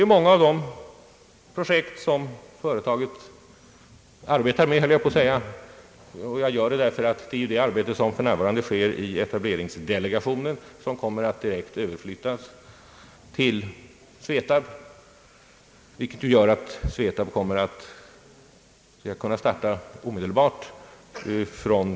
När jag säger att det är många projekt som företaget arbetar med gör jag det därför att det arbete som för närvarande pågår i etableringsdelegationen kommer att direkt överflyttas till SVETAPB, vilket gör att SVETAB skall kunna starta omedelbart.